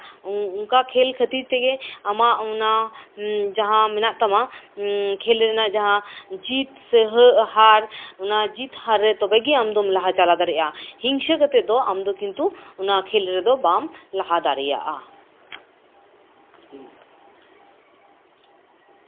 ᱚᱱᱠᱟ ᱠᱷᱮᱞ ᱠᱷᱟᱹᱛᱤᱨ ᱛᱮᱜᱮ ᱟᱢᱟᱜ ᱚᱱᱟ ᱡᱟᱦᱟᱸ ᱢᱮᱱᱟᱜ ᱛᱟᱢᱟ ᱠᱷᱮᱞ ᱨᱮᱱᱟᱜ ᱡᱟᱦᱟᱸ ᱡᱤᱛ ᱥᱮ ᱦᱟᱨ ᱚᱱᱟ ᱡᱤᱛ ᱦᱟᱨᱨᱮ ᱛᱚᱵᱮ ᱜᱮ ᱟᱢᱫᱚᱢ ᱞᱟᱦᱟ ᱪᱟᱞᱟᱣ ᱫᱟᱲᱮᱭᱟᱜᱼᱟ ᱦᱤᱝᱥᱟᱹ ᱠᱟᱛᱮᱫ ᱫᱚ ᱟᱢ ᱫᱚ ᱠᱤᱱᱛᱩ ᱵᱟᱢ ᱞᱟᱦᱟ ᱫᱟᱲᱮᱭᱟᱜᱼᱟ